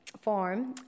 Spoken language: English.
Form